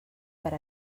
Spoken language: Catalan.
per